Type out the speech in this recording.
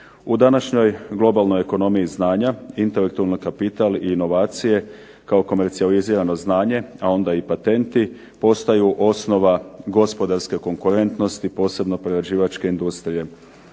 U današnjoj globalnoj ekonomiji znanja intelektualni kapital i inovacije kao komercijalizirano znanje, a onda i patenti postaju osnova gospodarske konkurentnosti posebno prerađivačke industrije.